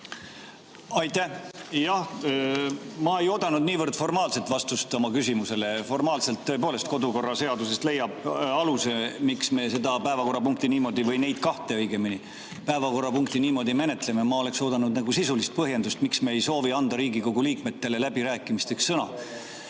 Aitäh! Jah, ma ei oodanud niivõrd formaalset vastust oma küsimusele. Formaalselt, tõepoolest, kodukorraseadusest leiab aluse, miks me seda päevakorrapunkti, või neid kahte õigemini, niimoodi menetleme. Ma oleks oodanud sisulist põhjendust, miks me ei soovi anda Riigikogu liikmetele läbirääkimisteks sõna.